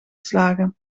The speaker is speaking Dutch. slagen